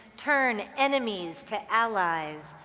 turn enemies to allies,